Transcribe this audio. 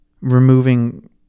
removing